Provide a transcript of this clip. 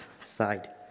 side